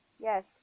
Yes